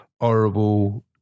horrible